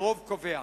הרוב קובע.